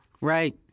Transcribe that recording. right